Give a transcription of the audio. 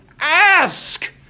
Ask